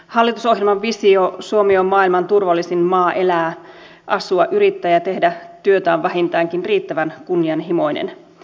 hallitusohjelman visio suomi on maailman turvallisin maa asua yrittää ja tehdä työtä on vähintäänkin riittävän kunnianhimoinen